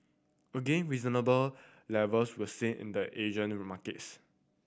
again reasonable levels were seen in the Asian markets